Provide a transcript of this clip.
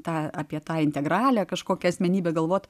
tą apie tą integralią kažkokią asmenybę galvot